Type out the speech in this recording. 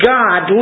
God